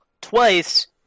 twice